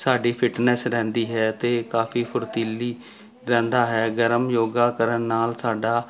ਸਾਡੀ ਫਿਟਨੈਸ ਰਹਿੰਦੀ ਹੈ ਅਤੇ ਕਾਫ਼ੀ ਫੁਰਤੀਲੀ ਰਹਿੰਦਾ ਹੈ ਗਰਮ ਯੋਗਾ ਕਰਨ ਨਾਲ ਸਾਡਾ